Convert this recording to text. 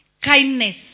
Kindness